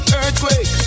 earthquake